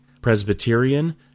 Presbyterian